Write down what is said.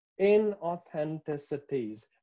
inauthenticities